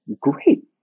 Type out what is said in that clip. great